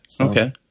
okay